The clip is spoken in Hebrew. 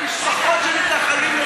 משפחות של מתנחלים,